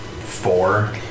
Four